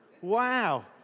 Wow